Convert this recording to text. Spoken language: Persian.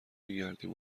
میگردیم